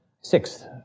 Sixth